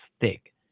thick